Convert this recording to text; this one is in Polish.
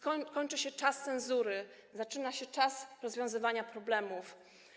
Kończy się czas cenzury, zaczyna się czas rozwiązywania problemów.